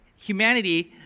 humanity